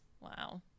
Wow